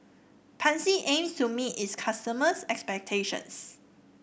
Pansy aims to meet its customers' expectations